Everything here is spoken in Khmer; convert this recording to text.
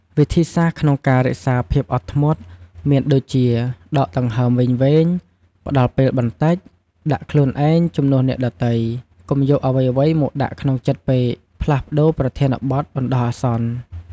វិធីសាស្រ្តក្នុងការរក្សាភាពអត់ធ្មត់ មានដូចជា ដកដង្ហើមវែងៗ ផ្តល់ពេលបន្តិច ដាក់ខ្លួនឯងជំនួសអ្នកដទៃ កុំយកអ្វីៗមកដាក់ក្នុងចិត្តពេក ផ្លាស់ប្តូរប្រធានបទបណ្តោះអាសន្ន ។